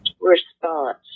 response